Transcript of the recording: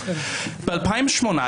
ב-2018,